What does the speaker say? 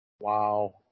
Wow